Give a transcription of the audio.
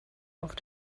auf